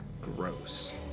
Gross